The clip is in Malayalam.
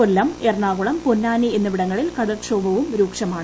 കൊല്ലം എറണാകുളം പൊന്നാനി എന്നിവിടങ്ങളിൽ കടൽ ക്ഷോഭവും രൂക്ഷമാണ്